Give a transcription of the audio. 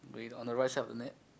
green on the right side of the net